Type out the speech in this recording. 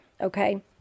okay